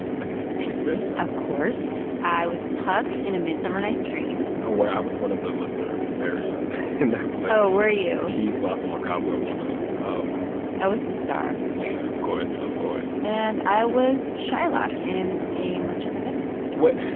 like, did you do shakespeare? of course. i was puck in a midsummer night's dream. oh, where i was one of the lesser fairies and in that play oh, were you? peaseblossom or cobweb one of them um i was the star of course. of course and i was shylock in a merchant of venice. what?